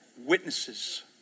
Witnesses